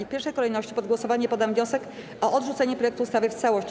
W pierwszej kolejności pod głosowanie poddam wniosek o odrzucenie projektu ustawy w całości.